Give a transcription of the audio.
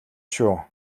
шүү